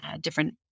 different